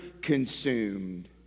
consumed